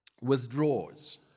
withdraws